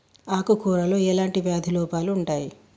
ఆకు కూరలో ఎలాంటి వ్యాధి లోపాలు ఉంటాయి?